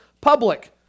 public